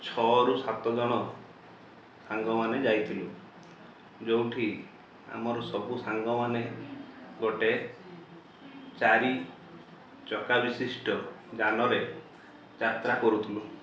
ଛଅ ରୁ ସାତ ଜଣ ସାଙ୍ଗ ମାନେ ଯାଇଥିଲୁ ଯେଉଁଠି ଆମର ସବୁ ସାଙ୍ଗମାନେ ଗୋଟେ ଚାରି ଚକା ବିଶିଷ୍ଟ ଯାନରେ ଯାତ୍ରା କରୁଥୁଲୁ